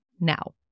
now